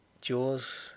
Jaws